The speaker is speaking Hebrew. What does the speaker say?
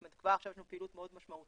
לדוגמה, יש לנו עכשיו פעילות מאוד משמעותית